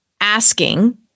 asking